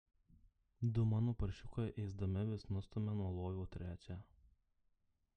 du mano paršiukai ėsdami vis nustumia nuo lovio trečią